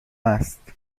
است